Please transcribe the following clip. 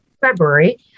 February